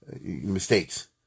mistakes